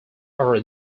are